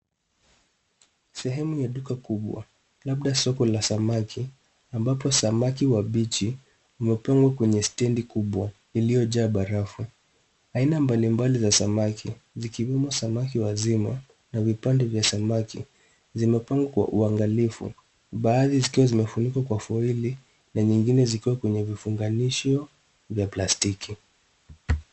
Sehemu ya duka kubwa labda soko la samaki ambapo samaki wabichi wamepangwa kwenye stendi kubwa iliyojaa barafu. Aina mbalimbali za samaki zikiwemo wazima na vipande vya samaki zimepangwa kwa uangalifu, baadhi zikiwa zimefunikwa kwa foili na nyingine zikiwa kwenye vifunganisho vya plastiki.